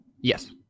Yes